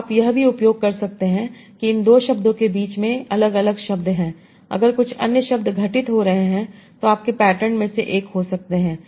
तो आप यह भी उपयोग कर सकते हैं कि इन 2 शब्दों के बीच में क्या अलग अलग शब्द हैं अगर कुछ अन्य शब्द घटित हो रहे हैं जो आपके पैटर्न में से एक हो सकते हैं